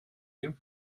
you